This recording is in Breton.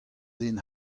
den